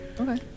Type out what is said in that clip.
Okay